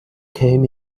came